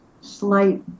slight